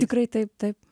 tikrai taip taip